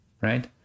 right